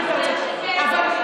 16. לְמה?